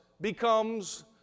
becomes